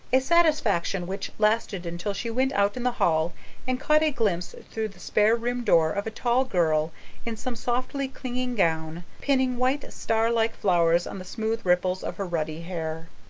a satisfaction which lasted until she went out in the hall and caught a glimpse through the spare room door of a tall girl in some softly clinging gown, pinning white, star-like flowers on the smooth ripples of her ruddy hair.